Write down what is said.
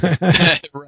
Right